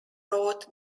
wrote